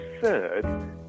third